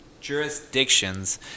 jurisdictions